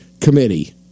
committee